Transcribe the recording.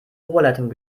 oberleitung